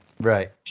Right